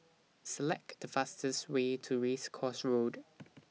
Select The fastest Way to Race Course Road